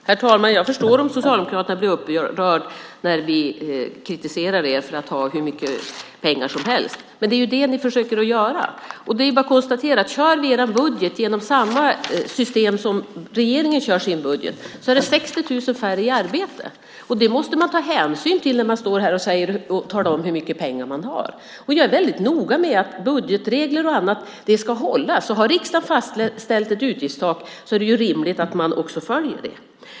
Herr talman! Jag förstår om socialdemokrater blir upprörda när vi kritiserar er för att ha hur mycket pengar som helst. Om ni kör er budget genom samma system som regeringen kör sin budget kan vi konstatera att det blir 60 000 färre i arbete. Det måste man ta hänsyn till när man talar om hur mycket pengar man har. Jag är noga med att budgetregler ska hållas. Om riksdagen har fastställt ett utgiftstak är det rimligt att följa det.